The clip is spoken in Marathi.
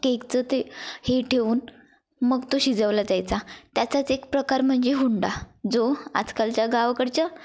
केकचं ते हे ठेऊन मग तो शिजवला जायचा त्याचाच एक प्रकार म्हणजे हुंडा जो आजकालच्या गावाकडच्या